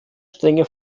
strenge